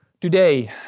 Today